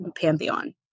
pantheon